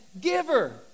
giver